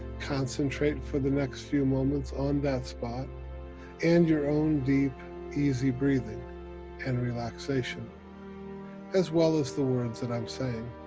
concentrate for the next few moments on that spot and your own deep easy breathing and relaxation as well as the words that i'm saying.